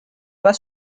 pas